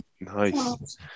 Nice